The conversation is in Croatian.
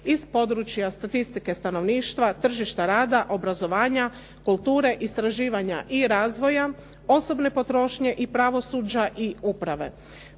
iz područja statistike stanovništva, tržišta rada, obrazovanja, kulture istraživanja i razvoja, osobne potrošnje i pravosuđa i uprave.